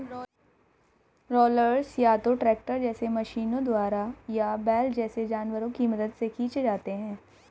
rollers या तो tractor जैसे मशीनों द्वारा या बैल जैसे जानवरों की मदद से खींचे जाते हैं